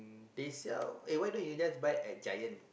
they sell uh why don't you just buy at Giant